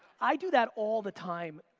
i do that all the time.